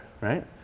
right